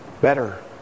better